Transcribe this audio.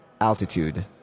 altitude